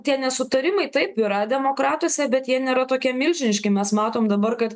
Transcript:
tie nesutarimai taip yra demokratuose bet jie nėra tokie milžiniški mes matom dabar kad